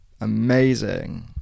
amazing